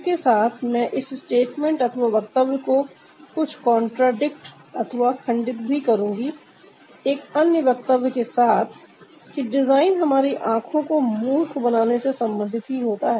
इसके साथ मैं इस स्टेटमेंट अथवा वक्तव्य को कुछ कंट्रादिक्ट अथवा खंडित भी करूंगी एक अन्य वक्तव्य के साथ कि डिजाइन हमारी आंखों को मूर्ख बनाने से संबंधित ही होता है